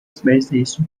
spaces